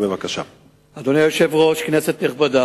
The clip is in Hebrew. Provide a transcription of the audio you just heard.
ביום ט"ז בתמוז התשס"ט (8 ביולי 2009):